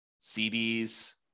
CDs